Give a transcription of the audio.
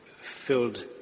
filled